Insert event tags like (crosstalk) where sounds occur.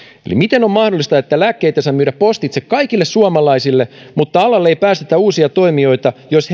eli miten on mahdollista että lääkkeitä saa myydä postitse kaikille suomalaisille mutta alalle ei päästetä uusia toimijoita jos (unintelligible)